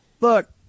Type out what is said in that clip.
Look